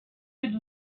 could